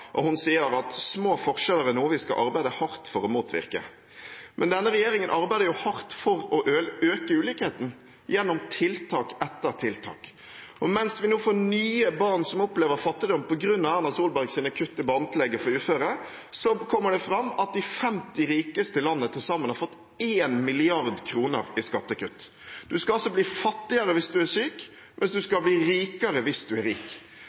og hun sier at forskjeller er noe vi skal arbeide hardt for å motvirke. Men denne regjeringen arbeider hardt for å øke ulikheten gjennom tiltak etter tiltak, og mens vi nå får nye barn som opplever fattigdom på grunn av Erna Solbergs kutt i barnetillegget for uføre, kommer det fram at de 50 rikeste i landet til sammen har fått 1 mrd. kr i skattekutt. Du skal altså bli fattigere hvis du er syk, mens du skal bli rikere hvis du er rik.